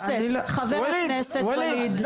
וואליד,